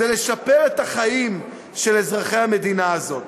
זה לשפר את החיים של אזרחי המדינה הזאת,